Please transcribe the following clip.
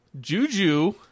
Juju